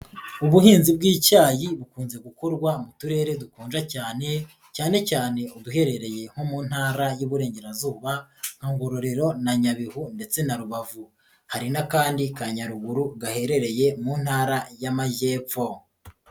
Ubuhinzi bw'icyayi bukunze gukorwa mu turere dukonja cyane. Cyane cyane uduherereye nkowo mu ntara y'Ububurengerazuba na Ngororero na Nyabihu ndetse na rubavu hari n'akandi ka nyaruguru gaherereye mu ntara y'Amajyepfo.